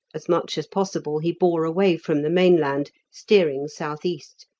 as much as possible he bore away from the mainland, steering south-east,